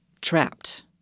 trapped